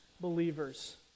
believers